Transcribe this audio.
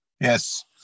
Yes